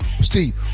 Steve